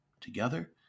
Together